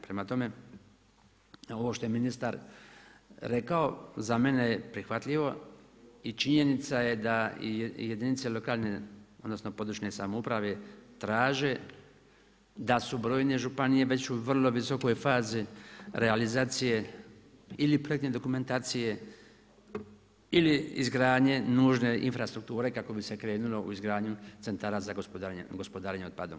Prema tome, ovo što je ministar rekao, za mene je prihvatljivo i činjenica je da i jedinice lokalne odnosno područne samouprave traže, da su brojne županije već u vrlo visokoj fazi realizacije ili projektne dokumentacije, ili izgradnje nužne infrastrukture kako bi se krenulo u izgradnju centara za gospodarenjem otpadom.